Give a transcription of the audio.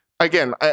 Again